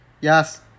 Yes